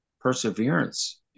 perseverance